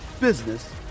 business